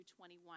21